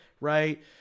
right